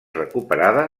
recuperada